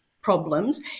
problems